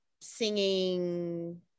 singing